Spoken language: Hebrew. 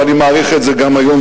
אבל אני מעריך את זה גם היום,